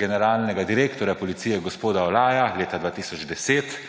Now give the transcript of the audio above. generalnega direktorja Policije gospoda Olaja leta 2010,